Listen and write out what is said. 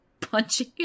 punching